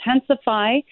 intensify